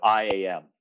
IAM